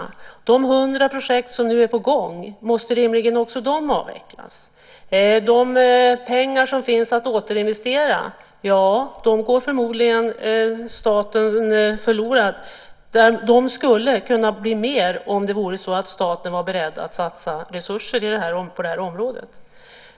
Också de 100 projekt som nu är på gång måste rimligen avvecklas, och de pengar som finns att återinvestera går förmodligen förlorade för staten. Det skulle kunna bli mer om staten var beredd att satsa resurser på det här området.